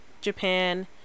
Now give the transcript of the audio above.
Japan